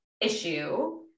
issue